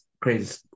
crazy